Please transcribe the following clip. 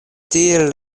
tiel